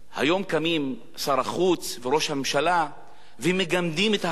היום קמים שר החוץ וראש הממשלה ומגמדים את ההחלטה,